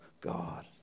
God